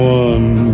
one